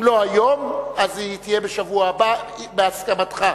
אם לא היום, היא תהיה בשבוע הבא, בהסכמתך,